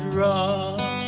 rock